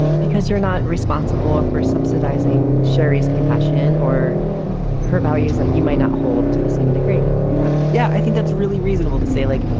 because you're not responsible for subsidizing sherry's compassion or her values that you might not hold to the same degree. yeah yeah, i think that's really reasonable to say. like,